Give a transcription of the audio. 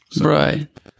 Right